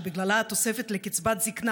שבגללה התוספת לקצבת זקנה,